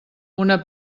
una